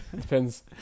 Depends